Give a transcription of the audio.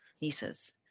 nieces